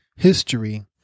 history